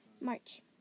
March